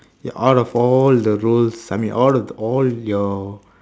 out of all the roles I mean out of all your